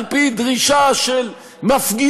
על פי דרישה של מפגינים?